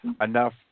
enough